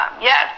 yes